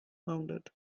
founded